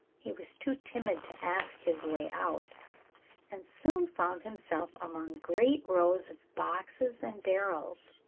he was too timid to ask his way out and soon found himself among great rows of boxes and barrels.